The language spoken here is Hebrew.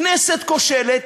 כנסת כושלת,